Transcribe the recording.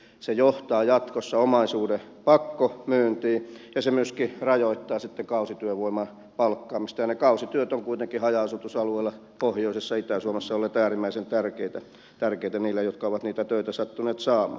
se johtaa jatkossa omaisuuden pakkomyyntiin ja se myöskin rajoittaa sitten kausityövoiman palkkaamista ja ne kausityöt ovat kuitenkin haja asutusalueilla pohjois ja itä suomessa olleet äärimmäisen tärkeitä niille jotka ovat niitä töitä sattuneet saamaan